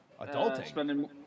adulting